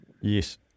Yes